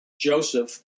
Joseph